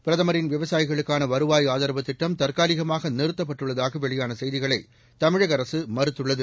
பிரதமரின் விவசாயிகளுக்கான வருவாய் ஆதரவு திட்டம் தற்காலிகமாக நிறுத்தப்பட்டுள்ளதாக வெளியான செய்திகளை தமிழக அரசு மறுத்துள்ளது